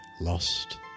lost